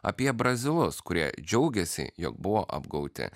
apie brazilus kurie džiaugiasi jog buvo apgauti